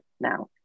now